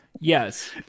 yes